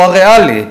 או "הריאלי".